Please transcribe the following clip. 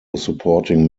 supporting